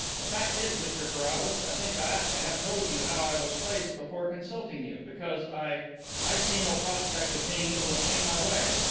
the fact is, mr carrados, i think i ought to have told you how i was placed before consulting you, because i i see no prospect of being able to pay my way.